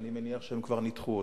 אני מניח שהם כבר ניתחו אותה.